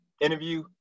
interview